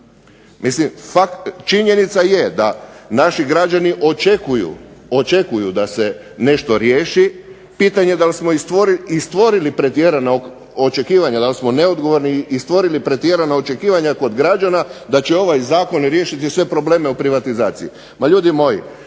Mislim činjenica je da naši građani očekuju da se nešto riješi, pitanje je da li smo stvorili pretjerana očekivanja da li smo neodgovorni i stvorili pretjerana očekivanja kod građana da će ovaj zakon riješiti sve probleme u privatizaciji.